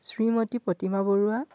Shrimati Pratima Barua